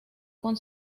con